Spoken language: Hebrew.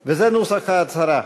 ההצהרה: